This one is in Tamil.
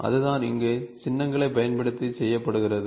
அதுதான் இங்கே சின்னங்களைப் பயன்படுத்தி செய்யப்படுகிறது